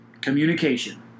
Communication